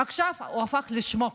עכשיו הוא הפך לשמוק,